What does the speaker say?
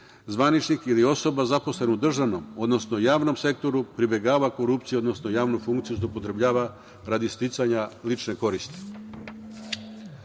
zvaničnik ili osoba, zaposlen u državnom, odnosno javnom sektoru, pribegava korupciji, odnosno javnu funkciju zloupotrebljava radi sticanja lične koristi. Nije